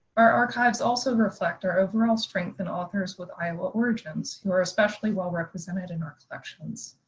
our archives also reflect our overall strength in authors with iowa origins who are especially well represented in our collections.